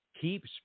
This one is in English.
keeps